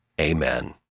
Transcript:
Amen